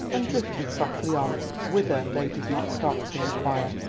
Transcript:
and drifted softly on whither they did not stop to inquire.